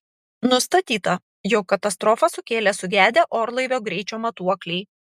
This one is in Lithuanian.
nustatyta jog katastrofą sukėlė sugedę orlaivio greičio matuokliai